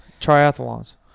Triathlons